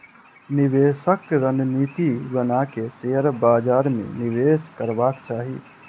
निवेशक रणनीति बना के शेयर बाजार में निवेश करबाक चाही